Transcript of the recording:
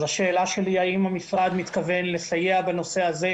אני מבקש ממך, המנכ"ל, לבדוק את המקרה הזה,